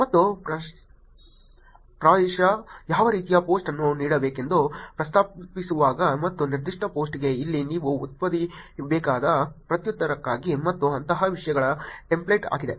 ಮತ್ತು ಪ್ರಾಯಶಃ ಯಾವ ರೀತಿಯ ಪೋಸ್ಟ್ ಅನ್ನು ನೀಡಬೇಕೆಂದು ಪ್ರಸ್ತಾಪಿಸುವಾಗ ಮತ್ತು ನಿರ್ದಿಷ್ಟ ಪೋಸ್ಟ್ಗೆ ಇಲ್ಲಿ ನೀವು ಉತ್ಪಾದಿಸಬೇಕಾದ ಪ್ರತ್ಯುತ್ತರಕ್ಕಾಗಿ ಮತ್ತು ಅಂತಹ ವಿಷಯಗಳ ಟೆಂಪ್ಲೇಟ್ ಆಗಿದೆ